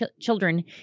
children